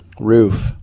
roof